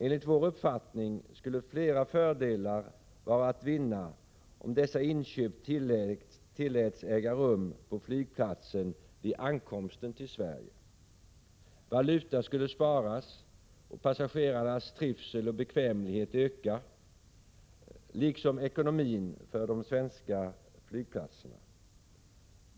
Enligt vår uppfattning skulle flera fördelar vara att vinna om dessa inköp tilläts äga rum på flygplatsen vid ankomsten till Sverige. Valuta skulle sparas, och passagerarnas trivsel och bekvämlighet skulle öka, liksom ekonomin för de svenska flygplatserna.